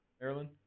Maryland